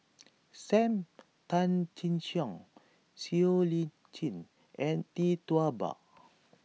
Sam Tan Chin Siong Siow Lee Chin and Tee Tua Ba